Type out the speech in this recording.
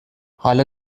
حالا